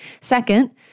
Second